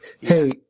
hey